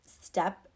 step